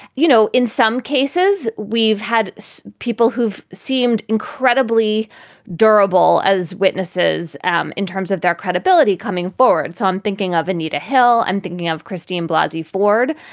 you know, in some cases, we've had so people who've seemed incredibly durable as witnesses um in terms of their credibility coming forward. so i'm thinking of anita hill. i'm thinking of christine blousy ford.